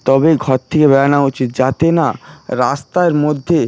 তবে ঘর থেকে বেরনো উচিত যাতে না রাস্তার মধ্যে